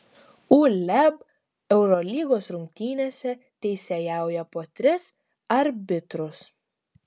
uleb eurolygos rungtynėse teisėjauja po tris arbitrus